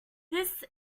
this